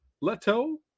Leto